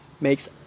makes